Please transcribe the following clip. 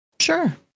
Sure